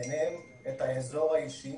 וביניהם את האזור האישי,